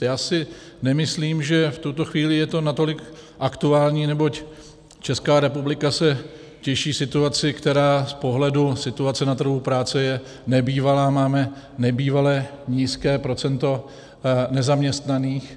Já si nemyslím, že v tuto chvíli je to natolik aktuální, neboť Česká republika se těší situaci, která z pohledu situace na trhu práce je nebývalá, máme nebývale nízké procento nezaměstnaných.